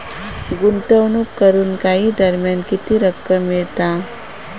गुंतवणूक करून काही दरम्यान किती रक्कम मिळता?